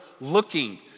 looking